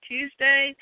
Tuesday